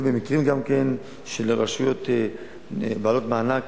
ובמקרים של רשויות בעלות מענק,